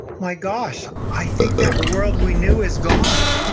my gosh, i think that world we knew is gone.